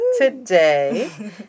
today